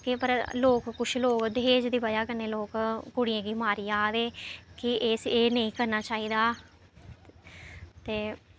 केह् पर कुछ लोक दहेज़ दी बज़ह् कन्नै लोक कुड़ियें गी मारी जा दे कि इस एह् नेईं करना चाहिदा ते